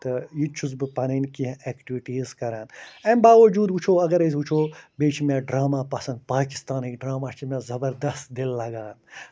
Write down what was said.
تہٕ یہِ تہِ چھُس بہٕ پَنٕنۍ کینٛہہ اٮ۪کٹِوٹیٖز کران اَمہِ باوجوٗد وٕچھو اَگر أسۍ وٕچھو بیٚیہِ چھِ مےٚ ڈراما پَسند پاکِستانٕکۍ ڈراما چھِ مےٚ زَبردست دِل لَگان